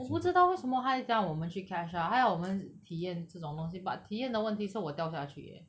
我不知道为什么他要叫我们去 catch ah 他要我们体验这种东西 but 体验的问题是我掉下去 eh